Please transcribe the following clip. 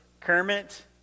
Kermit